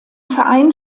verein